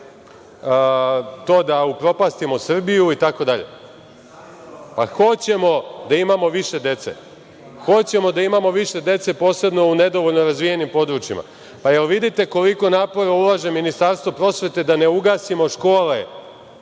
to da upropastimo Srbiju itd. Pa, hoćemo da imamo više dece. Hoćemo da imamo više dece, posebno u nedovoljno razvijenim područjima. Da li vidite koliko napora ulaže Ministarstvo prosvete da ne ugasimo škole